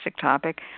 topic